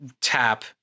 tap